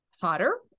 hotter